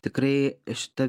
tikrai šita